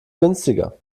günstiger